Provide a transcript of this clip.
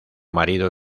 marido